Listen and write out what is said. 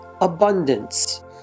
abundance